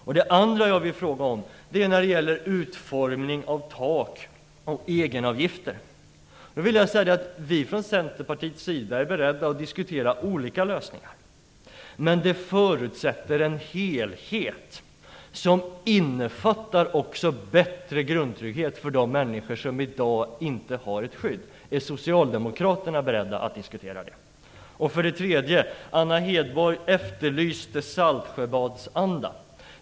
För det andra vill jag ställa en fråga om utformning av tak för egenavgifter. Vi från Centerpartiets sida är beredda att diskutera olika lösningar, men det förutsätter en helhet som innefattar också bättre grundtrygghet för de människor som i dag inte har ett skydd. Är socialdemokraterna beredda att diskutera det? För det tredje efterlyste Anna Hedborg Saltsjöbadsanda.